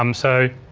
um so,